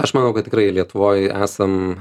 aš manau kad tikrai lietuvoj esam